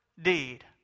deed